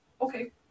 Okay